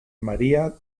maría